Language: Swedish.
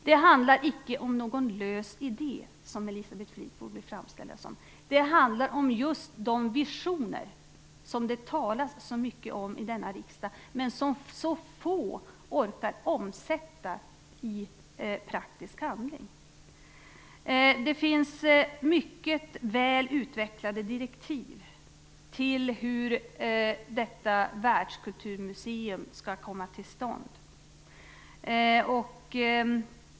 Det handlar icke om någon lös idé, som Elisabeth Fleetwood vill framställa det som. Det handlar om just de visioner som det talas så mycket om i denna riksdag men som så få orkar omsätta i praktisk handling. Det finns mycket väl utvecklade direktiv för hur detta världskulturmuseum skall komma till stånd.